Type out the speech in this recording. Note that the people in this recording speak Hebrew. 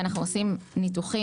ואנחנו עושים ניתוחים.